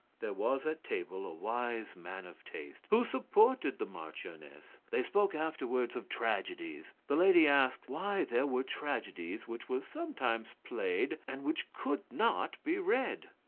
there was at table a wise man of taste, who supported the marchioness. they spoke afterwards of tragedies the lady asked why there were tragedies which were sometimes played and which could not be read.